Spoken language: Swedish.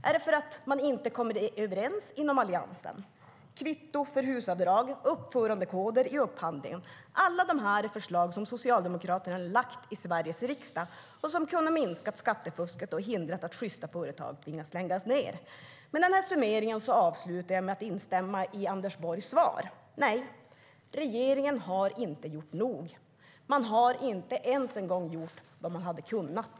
Är det för att man inte kommer överens inom Alliansen? Kvitto för HUS-avdrag, uppförandekoder i upphandlingen - allt detta är förslag som Socialdemokraterna har lagt fram i Sveriges riksdag och som kunde ha minskat skattefusket och hindrat att sjysta företag tvingats läggas ned. Denna summering avslutar jag med att instämma i Anders Borgs svar: Nej, regeringen har inte gjort nog. Man har inte ens en gång gjort vad man hade kunnat.